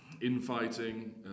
infighting